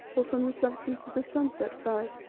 or from the substance of the sunset fires.